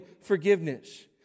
forgiveness